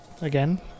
again